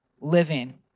living